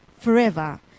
forever